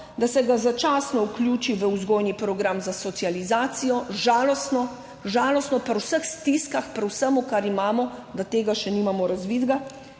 da se ga začasno vključi v vzgojni program za socializacijo. Žalostno, žalostno pri vseh stiskah, pri vsem kar imamo, da tega še nimamo razvitega.